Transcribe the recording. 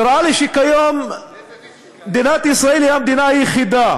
נראה לי שכיום מדינת ישראל היא המדינה היחידה